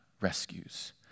rescues